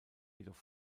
jedoch